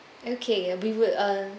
okay we would uh